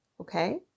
okay